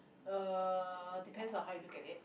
uh depends on how you look at it